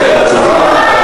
היום דנו בזה בוועדה,